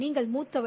நீங்கள் மூத்தவர்